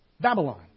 Babylon